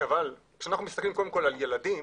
כשאנחנו מסתכלים קודם כל על ילדים,